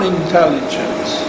intelligence